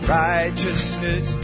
righteousness